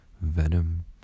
venom